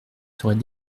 serait